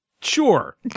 Sure